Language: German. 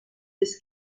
des